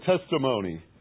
testimony